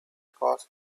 caused